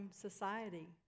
society